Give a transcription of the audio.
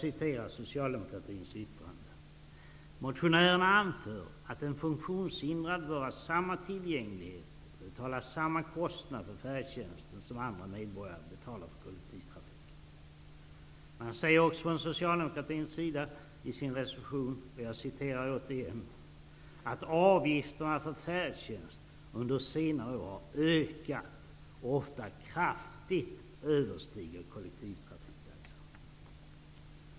Beträffande Socialdemokraternas yttrande säger man: Motionärerna anför att en funktionshindrad bör ha samma tillgänglighet och betala samma kostnader för färdtjänsten som andra medborgare betalar för kollektivtrafiken. Socialdemokraterna säger också i sin reservation att avgifterna för färdtjänst under senare år har ökat och ofta kraftigt överstiger kollektivtrafiktaxan.